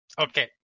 Okay